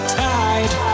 tide